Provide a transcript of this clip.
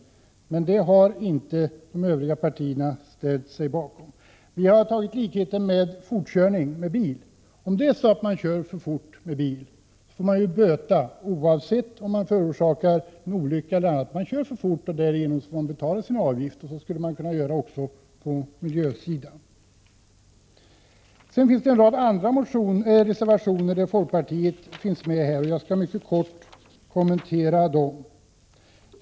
Men det har inte de övriga partierna ställt sig bakom. Vi har använt oss av likheten med fortkörning med bil som exempel. Om man kör för fort med bil får man böta, oavsett om man förorsakar en olycka eller inte. Man kör för fort och därigenom får man betala sin avgift. Så skulle man kunna göra även på 155 miljösidan. Folkpartiet finns med i en rad andra reservationer. Jag skall mycket kort kommentera dem.